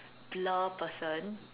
blur person